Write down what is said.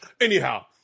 Anyhow